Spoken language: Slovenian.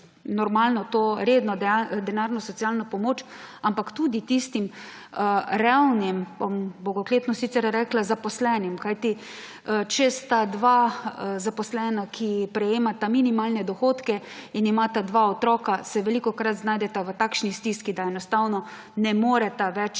normalno to redno denarno socialno pomoč, ampak tudi tistim revnim, bom bogokletno sicer rekla, zaposlenim. Kajti če sta dva zaposlena, ki prejemata minimalne dohodke in imata dva otroka, se velikokrat znajdeta v takšni stiski, da enostavno ne moreta več